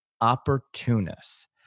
opportunists